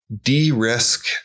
de-risk